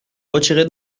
retirée